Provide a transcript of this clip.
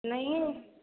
नहीं